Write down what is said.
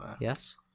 Yes